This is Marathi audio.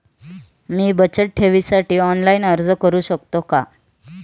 मी बचत ठेवीसाठी ऑनलाइन अर्ज करू शकतो का?